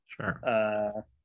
Sure